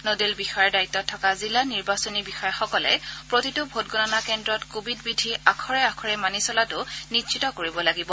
nodal বিষয়াৰ দায়িত্বত থকা জিলা নিৰ্বাচনী বিষয়াসকলে প্ৰতিটো ভোটগণনা কেন্দ্ৰত কোভিড বিধি আখৰে আখৰে মানি চলাটো নিশ্চিত কৰিব লাগিব